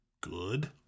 good